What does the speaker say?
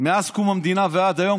מאז קום המדינה ועד היום,